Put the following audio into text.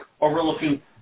overlooking